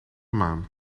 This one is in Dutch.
maan